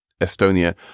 Estonia